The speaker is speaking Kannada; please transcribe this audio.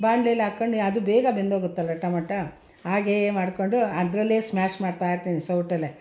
ಬಾಣಲಿಯಲ್ಲಿ ಹಾಕೊಂಡು ಅದು ಬೇಗ ಬೆಂದೋಗುತ್ತಲ್ಲ ಟೊಮಟ ಹಾಗೆಯೇ ಮಾಡಿಕೊಂಡು ಅದರಲ್ಲೇ ಸ್ಮಾಷ್ ಮಾಡ್ತಾಯಿರ್ತೀನಿ ಸೌಟಲ್ಲೇ